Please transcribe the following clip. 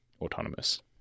autonomous